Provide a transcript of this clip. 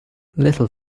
little